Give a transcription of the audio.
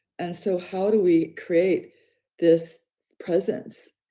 and so how do we create this presence,